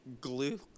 glue